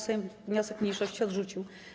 Sejm wniosek mniejszości odrzucił.